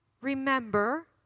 remember